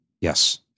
yes